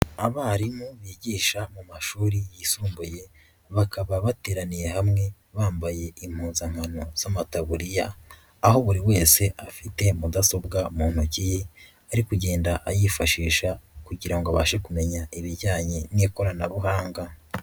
Abarimu bigisha mu mashuri yisumbuye, bakaba bateraniye hamwe bambaye impuzankano z'amataburiya, aho buri wese afite mudasobwa mu ntoki ye, ari kugenda ayifashisha kugira ngo abashe kumenya ibijyanye n'ikoranabuhanga.